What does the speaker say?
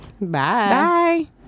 bye